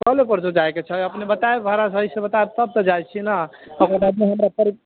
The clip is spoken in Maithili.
काल्हि परसो जाइ के छै अपने बताएब भाड़ा सहीसँ बताएब तब तऽ जाइ छी ने अब हमरा करीब